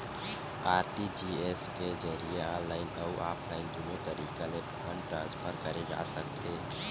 RTGS के जरिए online अउ ऑफलाइन दुनो तरीका ले फंड ट्रांसफर करे जा सकथे